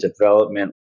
development